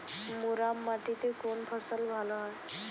মুরাম মাটিতে কোন ফসল ভালো হয়?